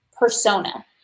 persona